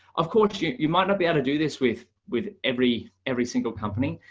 of course, you you might not be able to do this with with every every single company,